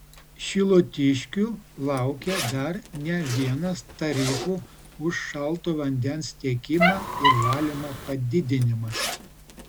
šilutiškių laukia dar ne vienas tarifų už šalto vandens tiekimą ir valymą padidinimas